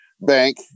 bank